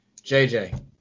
JJ